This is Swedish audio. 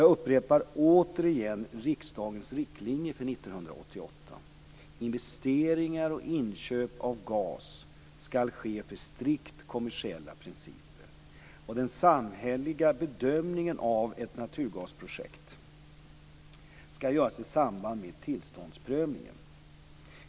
Jag upprepar återigen riksdagens riktlinjer från 1988: Investeringar och inköp av gas skall ske efter strikt kommersiella principer. Den samhälleliga bedömningen av ett naturgasprojekt skall göras i samband med tillståndsprövningen.